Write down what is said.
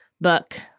book